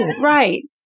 right